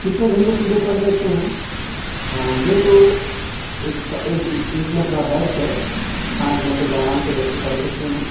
کتنے گھنٹے سیدھے پڑھ سکتے ہیں یوں تو ایک ایک مرتبہ بیٹھ کر پانچ گھنٹے تو آرام سے بیٹھ کے پڑھ سکتے ہیں